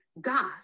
God